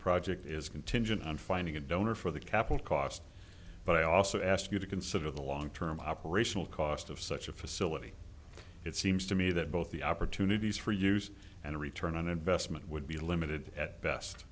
project is contingent on finding a donor for the capital cost but i also ask you to consider the long term operational cost of such a facility it seems to me that both the opportunities for use and a return on investment would be limited at best